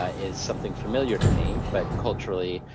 ah is something familiar to me. but culturally,